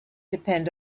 depend